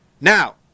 Now